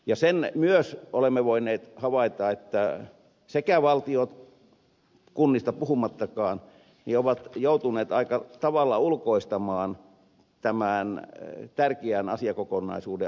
ja sen myös olemme voineet havaita että valtio kunnista puhumattakaan on joutunut aika tavalla ulkoistamaan tämän tärkeän asiakokonaisuuden asiantuntemuksen